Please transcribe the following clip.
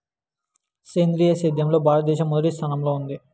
సేంద్రీయ సేద్యంలో భారతదేశం మొదటి స్థానంలో ఉంది